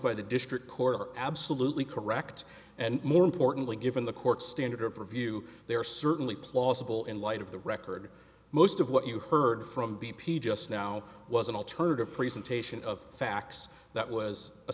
by the district court are absolutely correct and more importantly given the court standard of review they are certainly plausible in light of the record most of what you heard from b p just now was an alternative presentation of facts that was a